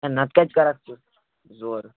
ہے نَتہٕ کَتہِ کَرکھ ژٕ زورٕ